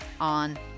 on